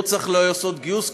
לא צריך לעשות גיוס,